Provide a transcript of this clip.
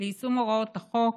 ליישום הוראות החוק